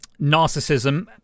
narcissism